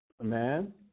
Amen